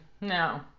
no